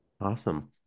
Awesome